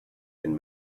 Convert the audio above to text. and